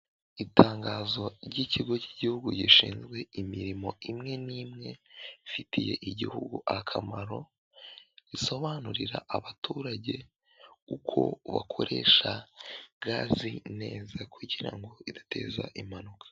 Itangazo ry'ikigo cy'igihugu gishinzwe imirimo imwe n'imwe ifitiye igihugu akamaro, risobanurira abaturage uko wakoresha gaze neza. Kugira ngo idateza impanuka.